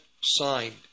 signed